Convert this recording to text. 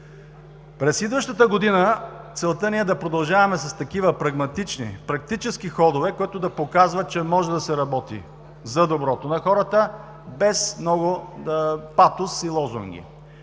През идващата година целта ни е да продължаваме с такива прагматични, практически ходове, което да показва, че може да се работи за доброто на хората без много патос и лозунги.